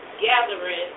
gathering